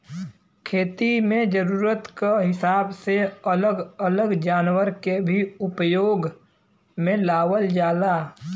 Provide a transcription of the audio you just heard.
खेती में जरूरत क हिसाब से अलग अलग जनावर के भी उपयोग में लावल जाला